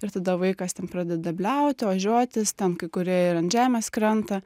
ir tada vaikas ten pradeda bliauti ožiuotis ten kai kurie ir ant žemės krenta